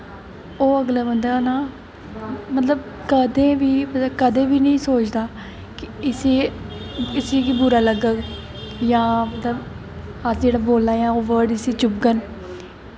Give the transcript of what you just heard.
ओह् अगला बंदा ना मतलब कदें बी निं सोचदा कि इसी बी बुरा लगग जां मतलब अस जेह्ड़ा बोल्ला दे आं ओह् वर्ड इसी चुभगन